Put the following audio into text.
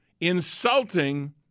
insulting